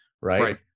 right